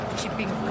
shipping